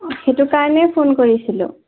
সেইটো কাৰণেই ফোন কৰিছিলোঁ